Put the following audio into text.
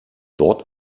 dort